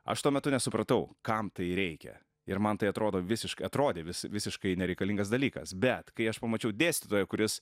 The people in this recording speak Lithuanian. aš tuo metu nesupratau kam tai reikia ir man tai atrodo visiškai atrodė vis visiškai nereikalingas dalykas bet kai aš pamačiau dėstytoją kuris